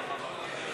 כן.